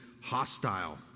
hostile